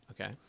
Okay